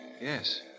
Yes